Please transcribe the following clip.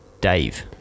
Dave